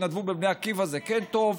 התנדבות בבני עקיבא זה כן טוב.